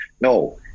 No